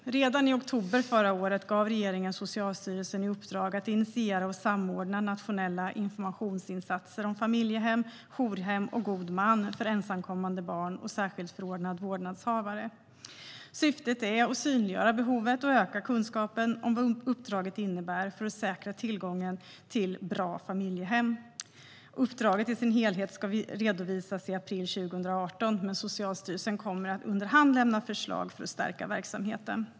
Redan i oktober förra året gav regeringen Socialstyrelsen i uppdrag att initiera och samordna nationella informationsinsatser om familjehem, jourhem och gode män för ensamkommande barn och särskilt förordnade vårdnadshavare. Syftet är att synliggöra behovet och öka kunskapen om vad uppdraget innebär för att säkra tillgången till bra familjehem. Uppdraget i sin helhet ska redovisas i april 2018, men Socialstyrelsen kommer att under hand lämna förslag för att stärka verksamheten.